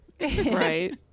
Right